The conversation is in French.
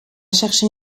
chercher